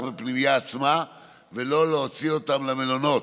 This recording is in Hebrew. בפנימייה עצמה ולא להוציא אותם למלונות.